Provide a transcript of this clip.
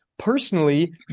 personally